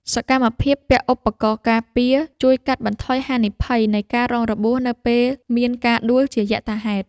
សកម្មភាពពាក់ឧបករណ៍ការពារ ជួយកាត់បន្ថយហានិភ័យនៃការរងរបួសនៅពេលមានការដួលជាយថាហេតុ។